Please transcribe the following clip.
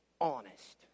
honest